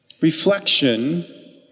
Reflection